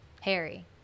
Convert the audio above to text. harry